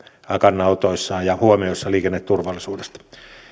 kannanotoissaan ja huomioissaan liikenneturvallisuudesta en